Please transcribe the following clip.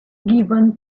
given